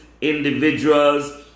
individuals